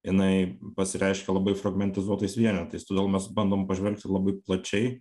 jinai pasireiškia labai fragmentizuotais vienetais todėl mes bandom pažvelgti labai plačiai